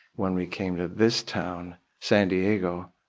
when we came to this town, san diego,